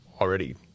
already